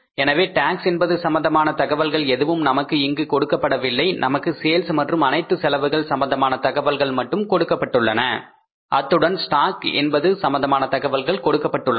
எனவே டாக்ஸ் என்பது சம்பந்தமான தகவல்கள் எதுவும் நமக்கு இங்கு கொடுக்கப்படவில்லை நமக்கு சேல்ஸ் மற்றும் அனைத்து செலவுகள் சம்பந்தமான தகவல்கள் மட்டும் கொடுக்கப்பட்டுள்ளன அத்துடன் ஸ்டாக் என்பது சம்பந்தமான தகவல்கள் கொடுக்கப்பட்டுள்ளன